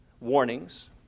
warnings